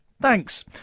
Thanks